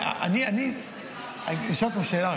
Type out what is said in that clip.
אני אשאל אתכם שאלה,